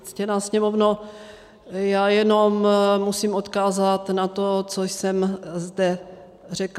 Ctěná Sněmovno, já jenom musím odkázat na to, co jsem řekla.